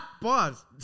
pause